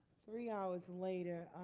three hours later.